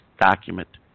document